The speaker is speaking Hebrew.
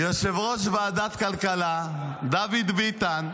יושב-ראש ועדת הכלכלה דוד ביטן,